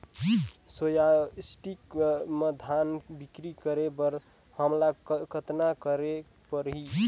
Society म धान बिक्री करे बर हमला कतना करे परही?